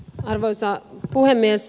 arvoisa puhemies